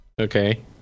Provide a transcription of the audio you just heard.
Okay